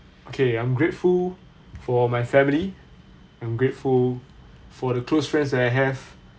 okay I'm grateful for my family I'm grateful for the close friends that I have